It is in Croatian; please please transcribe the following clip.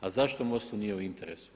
A zašto MOST-u nije u interesu?